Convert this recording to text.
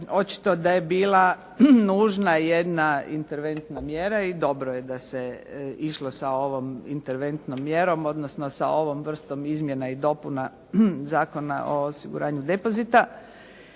očito da je bila nužna jedna interventna mjera i dobro je da se išlo sa ovom interventnom mjerom, odnosno sa ovom vrstom izmjena i dopuna Zakona o osiguranju depozita.